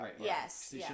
yes